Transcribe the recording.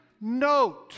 note